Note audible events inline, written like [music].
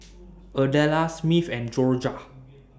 [noise] Adela Smith and Jorja